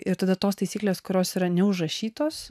ir tada tos taisyklės kurios yra neužrašytos